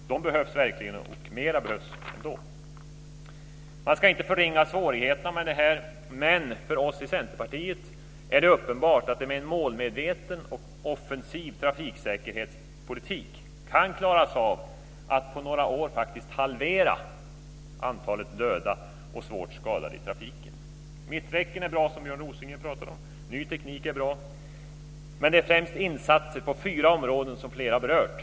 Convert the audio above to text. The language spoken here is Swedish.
De behövs verkligen, och det behövs också mera sådant arbete. Man ska inte förringa svårigheterna med det här, men det är för oss i Centerpartiet uppenbart att man med en målmedveten och offensiv trafiksäkerhetspolitik på några år faktiskt kan halvera antalet döda och svårt skadade i trafiken. Mitträcken, som Björn Rosengren talade om, är bra, och ny teknik är bra, men det behövs främst insatser på fyra områden som flera har berört.